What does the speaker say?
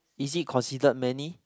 is it considered many